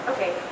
Okay